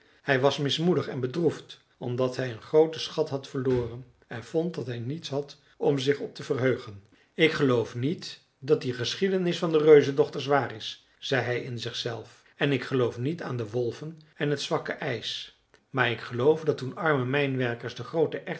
hij was mismoedig en bedroefd omdat hij een grooten schat had verloren en vond dat hij niets had om zich op te verheugen ik geloof niet dat die geschiedenis van de reuzendochters waar is zei hij in zichzelf en ik geloof niet aan de wolven en het zwakke ijs maar ik geloof dat toen arme mijnwerkers de groote